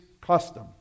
custom